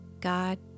God